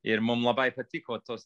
ir mum labai patiko tos